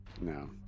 No